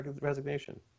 resignation